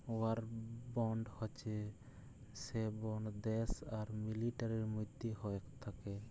war bond হচ্যে সে bond দ্যাশ আর মিলিটারির মধ্যে হ্য়েয় থাক্যে